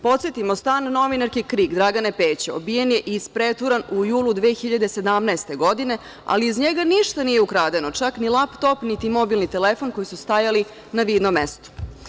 Podsetimo, stan novinarke KRIK, Dragane Pećo, obijen je i ispreturan u julu 2017. godine, ali iz njega ništa nije ukradeno, čak ni laptop, ni mobilni telefon, koji su stajali na vidnom mestu.